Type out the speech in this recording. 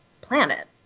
planet